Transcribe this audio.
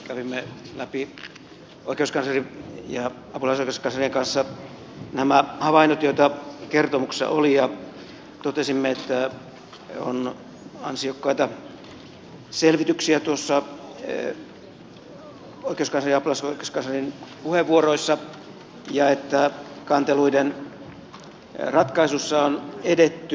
kävimme läpi oikeuskanslerin ja apulaisoikeuskanslerin kanssa nämä havainnot joita kertomuksessa oli ja totesimme että on ansiokkaita selvityksiä oikeuskanslerin ja apulaisoikeuskanslerin puheenvuoroissa ja että kanteluiden ratkaisussa on edetty